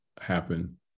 happen